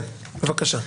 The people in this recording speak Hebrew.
בבקשה.